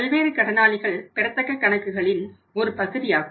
பல்வேறு கடனாளிகள் பெறத்தக்க கணக்குகளின் ஒரு பகுதியாகும்